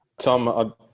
Tom